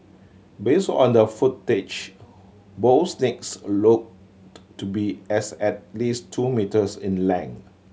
based on the footage both looked to be as at least two metres in length